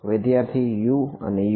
વિદ્યાર્થી U અને U